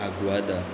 Aguada